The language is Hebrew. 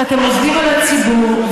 ואתם עובדים על הציבור,